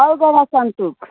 अलगढा सन्तुक